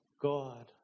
God